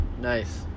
nice